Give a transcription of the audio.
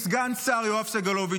אותה יועצת משפטית,